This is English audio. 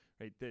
right